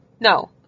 no